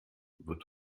wird